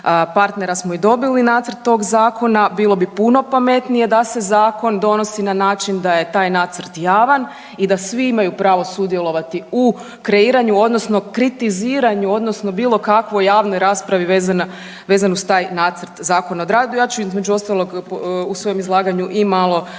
partera smo i dobili nacrt tog zakona, bilo bi puno pametnije da se zakon donosi na način da je taj nacrt javan i da svi imaju pravo sudjelovati u kreiranju odnosno kritiziranju odnosno bilo kakvoj javnoj raspravi vezano uz taj nacrt Zakona o radu. Ja ću između ostalog u svojem izlaganju i malo